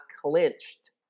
clinched